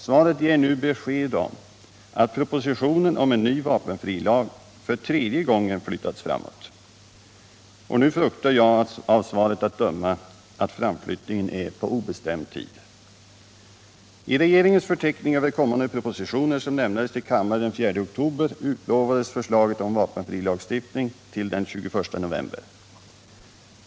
Svaret ger nu besked om att propositionen om en ny vapenfrilag för tredje gången flyttats framåt, och nu fruktar jag, av svaret att döma, att framflyttningen är på obestämd tid. I regeringens förteckning över kommande propositioner, vilken lämnades till kammaren den 4 oktober, utlovades förslaget om vapenfrilagstiftning till den 21 november.